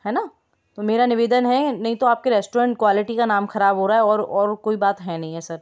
है ना तो मेरा निवेदन है नहीं तो आप के रेश्टोरेन क्वालिटी का नाम ख़राब हो रहा है और और कोई बात है नहीं है सर